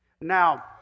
Now